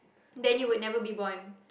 then you would never be born